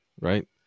right